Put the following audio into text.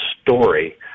story